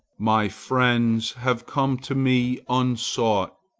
my friends have come to me unsought.